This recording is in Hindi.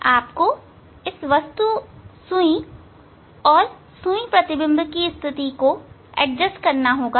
आपको इस वस्तु स्थिति और सुई प्रतिबिंब स्थिति को एडजस्ट करना होगा